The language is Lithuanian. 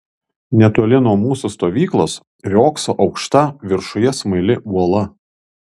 netoli nuo mūsų stovyklos riogso aukšta viršuje smaili uola